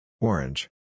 Orange